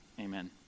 amen